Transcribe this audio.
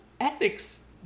ethics